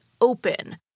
open